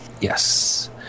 Yes